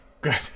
Good